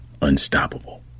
unstoppable